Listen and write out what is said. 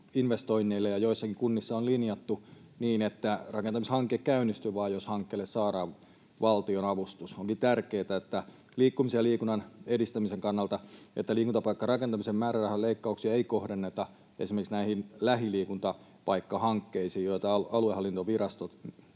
investoinneille, ja joissakin kunnissa on linjattu niin, että rakentamishanke käynnistyy vain, jos hankkeelle saadaan valtionavustus. Onkin tärkeätä liikkumisen ja liikunnan edistämisen kannalta, että liikuntapaikkarakentamisen määrärahaleikkauksia ei kohdenneta esimerkiksi näihin lähiliikuntapaikkahankkeisiin, joita aluehallintovirastot